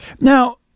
Now